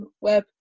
web